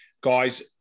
Guys